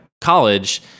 college